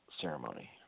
ceremony